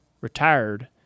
retired